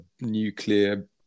nuclear